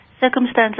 circumstances